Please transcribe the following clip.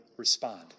respond